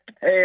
Hey